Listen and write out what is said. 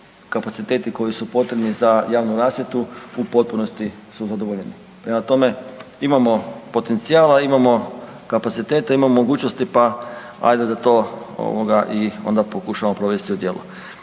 kapaciteti koji su potrebni za javnu rasvjetu u potpunosti su zadovoljeni. Prema tome, imamo potencijala, imamo kapacitete, imamo mogućnosti pa ajde da to i onda pokušamo provesti u djelo.